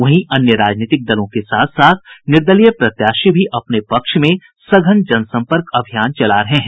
वहीं अन्य राजीनतिक दलों के साथ साथ निर्दलीय प्रत्याशी भी अपने पक्ष में सघन जनसम्पर्क अभियान चला रहे हैं